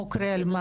חוקרי אלמ"ב.